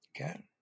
okay